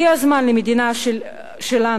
הגיע זמן במדינה שלנו,